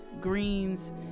greens